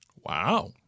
Wow